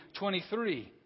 23